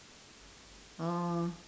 uh